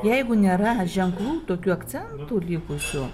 jeigu nėra ženklų tokių akcentų likusių